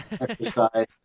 exercise